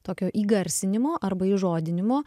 tokio įgarsinimo arba įžodinimo